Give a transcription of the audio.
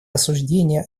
осуждения